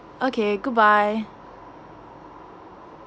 okay goodbye